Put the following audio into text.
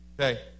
Okay